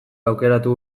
aukeratu